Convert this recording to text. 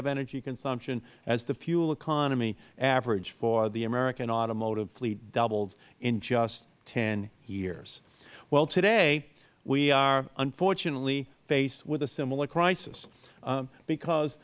of energy consumption as the fuel economy average for the american automotive fleet doubled in just ten years well today we are unfortunately faced with a similar crises because